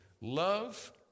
Love